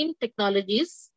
technologies